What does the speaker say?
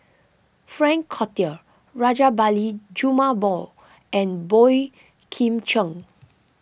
Frank Cloutier Rajabali Jumabhoy and Boey Kim Cheng